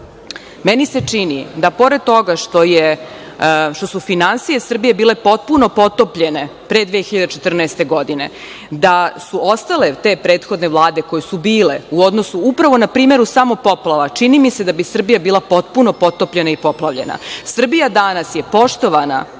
meni se čini da pored toga što su finansije Srbije bile potpuno potopljene pre 2014. godine, da su ostale te prethodne vlade koje su bile, upravo na primeru samo poplava, čini mi se da bi Srbija bila potpuno potopljena i poplavljena.